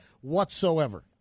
whatsoever